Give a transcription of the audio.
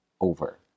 over